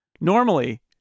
Normally